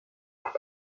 band